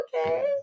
Okay